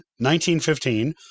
1915